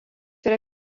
yra